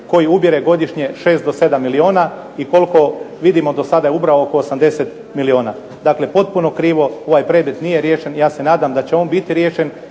koji ubire godišnje 6 do 7 milijuna i koliko vidimo do sada je ubrao 80 milijuna. Dakle, potpuno krivo. Ovaj predmet nije riješen. Ja se nadam da će on biti riješen